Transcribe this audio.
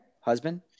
husband